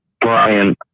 brian